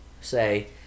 say